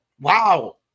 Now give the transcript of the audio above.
wow